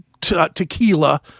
tequila